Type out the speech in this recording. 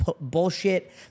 bullshit